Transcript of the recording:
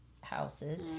houses